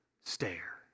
stare